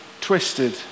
twisted